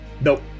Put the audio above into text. Nope